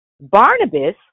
Barnabas